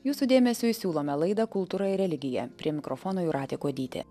jūsų dėmesiui siūlome laidą kultūra ir religija prie mikrofono jūratė kuodytė